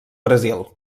brasil